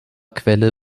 quelle